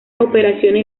operaciones